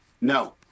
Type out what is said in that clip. No